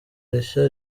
rishya